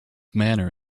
manor